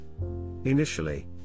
Initially